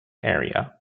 area